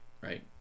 right